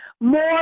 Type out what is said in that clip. more